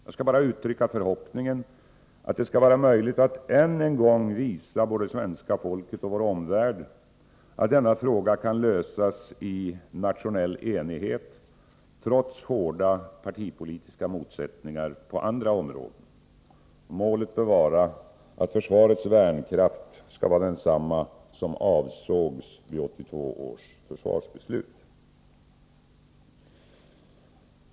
Jag skall bara uttrycka förhoppningen att det skall vara möjligt att än en gång visa både svenska folket och vår omvärld att denna fråga kan lösas i nationell enighet, trots hårda partipolitiska motsättningar på andra områden. Målet bör vara att försvarets värnkraft skall vara densamma som avsågs vid 1982 års försvarsbeslut.